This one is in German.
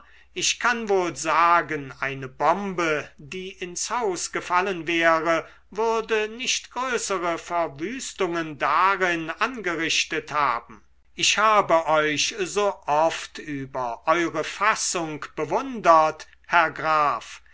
ich kann wohl sagen eine bombe die ins haus gefallen wäre würde nicht größere verwüstungen darin angerichtet haben ich habe euch so oft über eure fassung bewundert herr graf